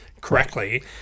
correctly